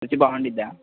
రుచి బాగుంటుందా